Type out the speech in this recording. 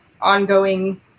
ongoing